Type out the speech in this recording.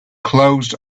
closed